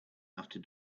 after